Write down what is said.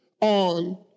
on